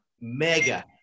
mega